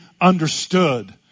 understood